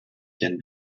can